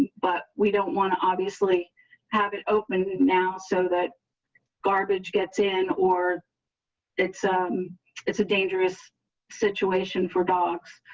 but we don't want to, obviously have it open and now. so that garbage gets in, or it's um it's a dangerous situation for dogs.